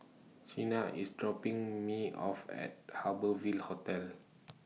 Chynna IS dropping Me off At Harbour Ville Hotel